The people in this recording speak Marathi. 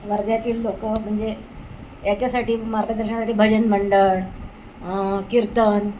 वर्ध्यातील लोकं म्हणजे याच्यासाठी मार्गदर्शनासाठी भजन मंडळ कीर्तन